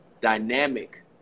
dynamic